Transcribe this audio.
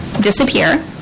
disappear